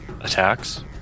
attacks